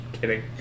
Kidding